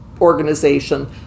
organization